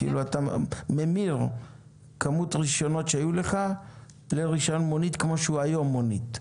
אתה ממיר כמות רישיונות שהיו לך לרישיון מונית כמו שהוא היום מונית.